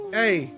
hey